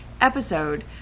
episode